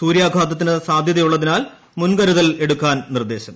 സൂര്യാഘാതത്തിന് സാധ്യത ഉള്ളതിനാൽ മുൻകരുതൽ എടുക്കാൻ നിർദ്ദേശം